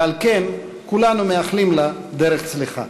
ועל כן כולנו מאחלים לה דרך צלחה.